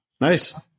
Nice